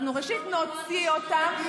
אנחנו ראשית נוציא אותם,